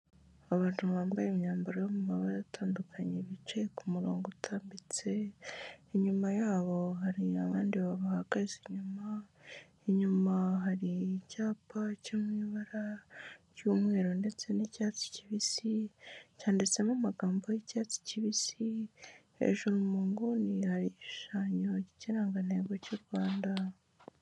Abantu bambaye imyambaro yo mu mabara atandukanye bicaye ku murongo utambitse, inyuma yabo hari abandi babahagaze inyuma, inyuma hari icyapa cyo mu ibara ry'umweru ndetse n'icyatsi kibisi cyanditsemo amagambo y'icyatsi kibisi, hejuru mu nguni hari igishushanyo cy'ikirangantego cy'u Rwanda.